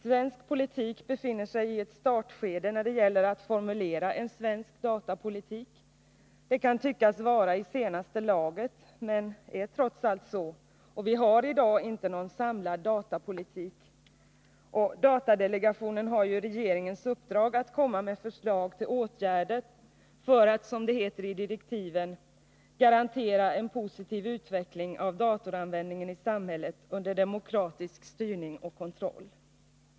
Svensk politik befinner sigi ett startskede när det gäller att formulera en svensk datapolitik. Det kan tyckas vara i senaste laget, men det är trots allt så. Vi har i dag inte någon samlad datapolitik. Datadelegationen har regeringens uppdrag att komma med ett förslag till åtgärder för att, som det heter i direktiven, ”garantera en positiv utveckling av datoranvändningen i samhället under demokratisk styrning och kontroll”.